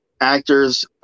actors